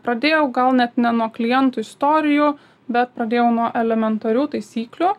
pradėjau gal net ne nuo klientų istorijų bet pradėjau nuo elementarių taisyklių